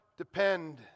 Depend